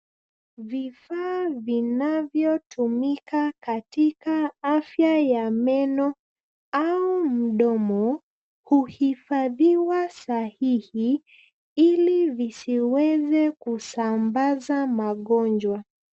Vifaa vinavyotumika katika afya ya meno au mdomo, huhifadhiwa sahihi ili visiweze kusambaza magonjwa .